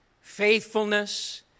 faithfulness